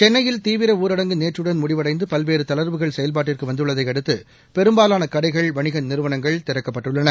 சென்னையில் தீவிர ஊரடங்கு நேற்றுடன் முடிவடைந்து பல்வேறு தளர்வுகள் செயல்பாட்டுக்கு வந்துள்ளதை அடுத்து பெரும்பாலான கடைகள் வணிக நிறுவனங்கள் திறக்கப்பட்டுள்ளன